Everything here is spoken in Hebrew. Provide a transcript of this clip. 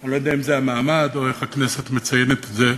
אני לא יודע אם זה המעמד או איך הכנסת מציינת את זה.